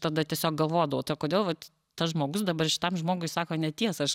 tada tiesiog galvodavau ta kodėl vat tas žmogus dabar šitam žmogui sako netiesą aš